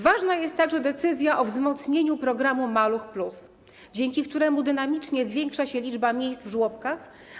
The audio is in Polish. Ważna jest także decyzja o wzmocnieniu programu „Maluch+”, dzięki któremu dynamicznie zwiększa się liczba miejsc w żłobkach.